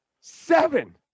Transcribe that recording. Seven